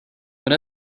what